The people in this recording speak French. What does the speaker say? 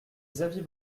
xavier